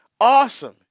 Awesome